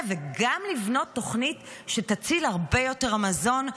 וגם לבנות תוכנית שתציל הרבה יותר מזון.